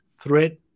threat